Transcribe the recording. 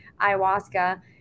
ayahuasca